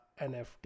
NFT